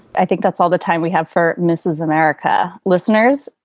i think that's all the time we have for mrs. america listeners.